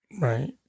right